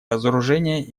разоружение